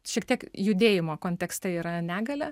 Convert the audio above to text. šiek tiek judėjimo kontekste yra negalia